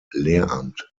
lehramt